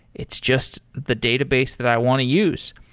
it's just the database that i want to use.